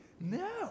no